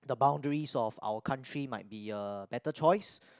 the boundaries of our country might be a better choice